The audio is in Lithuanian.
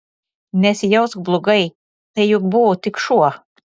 nesijausk blogai tai juk buvo tik šuo